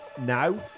now